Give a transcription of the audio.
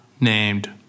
named